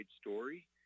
story